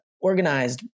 organized